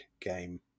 game